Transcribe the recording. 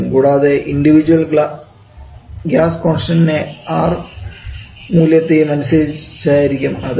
ഇതുകൂടാതെ individual gas കോൺസ്റ്റൻഡിൻറെ R മൂല്യത്തെയും അനുസരിച്ചായിരിക്കും അത്